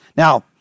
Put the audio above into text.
Now